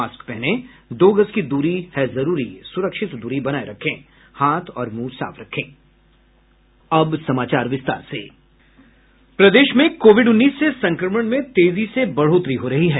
mask पहनें दो गज दूरी है जरूरी सुरक्षित दूरी बनाये रखें हाथ और मुंह साफ रखें अब समाचार विस्तार से प्रदेश में कोविड उन्नीस से संक्रमण में तेजी से बढ़ोतरी हो रही है